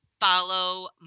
follow